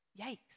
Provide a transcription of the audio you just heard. Yikes